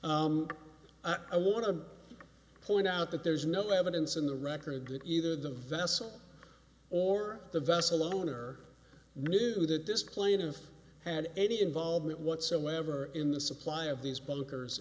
on i want to point out that there's no evidence in the record either the vessel or the vessel owner knew that this plane of had any involvement whatsoever in the supply of these bunkers